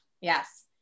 Yes